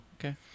okay